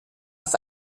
auf